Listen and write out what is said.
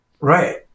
Right